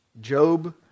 Job